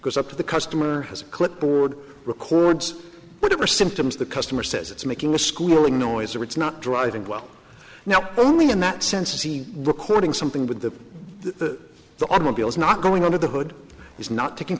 because up to the customer has a clipboard records whatever symptoms the customer says it's making the schooling noise or it's not driving well now only in that sense is he recording something with that the automobile is not going under the hood he's not taking